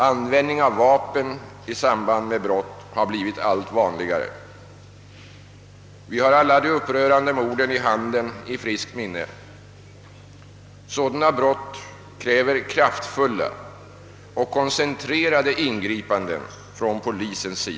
Användningen av vapen i samband med brott har blivit allt vanligare. Vi har alla de upprörande morden i Handen i friskt minne. Sådana brott kräver kraftfulla och koncentrerade ingripanden av polisen.